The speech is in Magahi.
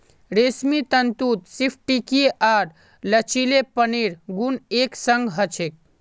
रेशमी तंतुत स्फटिकीय आर लचीलेपनेर गुण एक संग ह छेक